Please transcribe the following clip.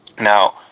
Now